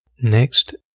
Next